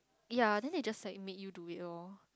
ya then they just like made you do it lor